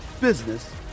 business